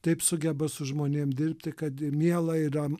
taip sugeba su žmonėm dirbti kad miela yra